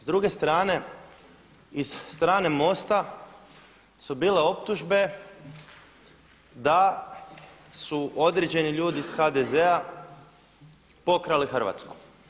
S druge strane iz strane MOST-a su bile optužbe da su određeni ljudi iz HDZ-a pokrali Hrvatsku.